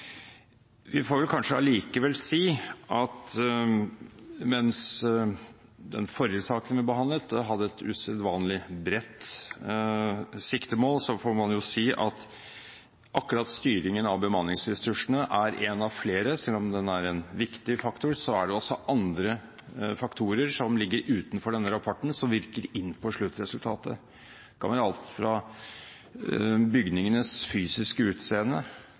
Mens den forrige saken vi behandlet hadde et usedvanlig bredt siktemål, får man si at akkurat styringen av bemanningsressursene er én av flere faktorer. Selv om den er en viktig faktor, er det også andre faktorer, som ligger utenfor denne rapporten, som virker inn på sluttresultatet. Det kan være alt fra bygningenes fysiske utseende,